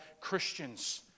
Christians